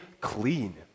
clean